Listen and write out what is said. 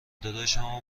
داداشم